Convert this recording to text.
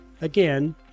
Again